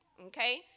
Okay